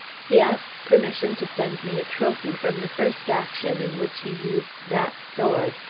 he asked permission to send me a trophy from the first action in which he used that sword,